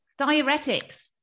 diuretics